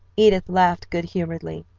edith laughed good-humoredly.